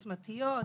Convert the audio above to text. עוצמתיות,